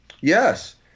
Yes